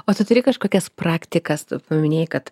o tu turi kažkokias praktikas tu paminėjai kad